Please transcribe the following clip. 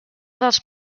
dels